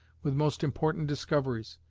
with most important discoveries,